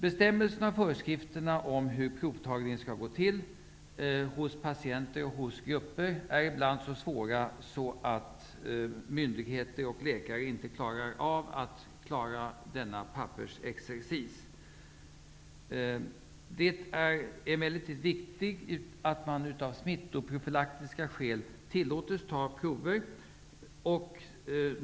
Bestämmelserna och föreskrifterna om hur provtagning skall gå till hos patienter och grupper är ibland så svåra att myndigheter och läkare inte klarar av pappersexercisen. Det är emellertid vik tigt att man av smittprofylaktiska skäl tillåts ta prover.